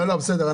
לא, בסדר.